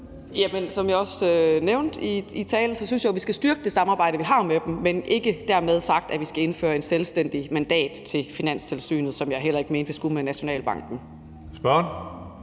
(DD): Som jeg også nævnte i talen, synes jeg jo, at vi skal styrke det samarbejde, vi har med dem, men dermed ikke sagt, at vi skal indføre et selvstændigt mandat til Finanstilsynet, hvilket jeg heller ikke mente vi skulle med Nationalbanken. Kl.